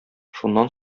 шуннан